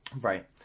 Right